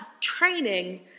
training